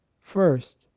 first